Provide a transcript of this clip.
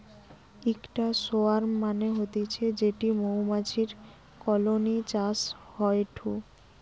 ইকটা সোয়ার্ম মানে হতিছে যেটি মৌমাছির কলোনি চাষ হয়ঢু